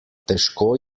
težko